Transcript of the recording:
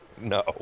No